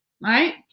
Right